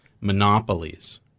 monopolies